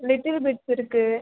little bits இருக்கு